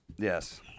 Yes